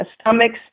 stomachs